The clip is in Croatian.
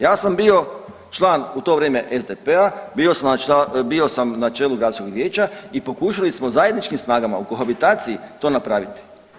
Ja sam bio član u to vrijeme SDP-a, bio sam na čelu gradskog vijeća i pokušali smo zajedničkim snagama u kohabitaciji to napraviti.